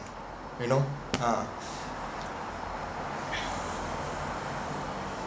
you know ah